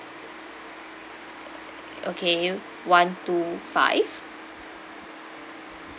uh okay one two five